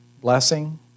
blessing